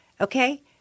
Okay